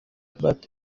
but